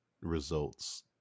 results